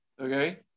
Okay